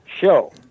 show